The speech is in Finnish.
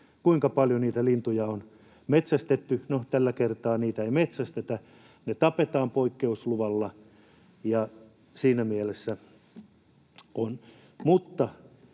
kuinka paljon niitä lintuja on metsästetty. No, tällä kertaa niitä ei metsästetä, ne tapetaan poikkeusluvalla, ja siinä mielessä on.